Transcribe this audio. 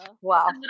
Wow